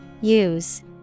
Use